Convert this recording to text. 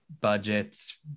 budgets